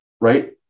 right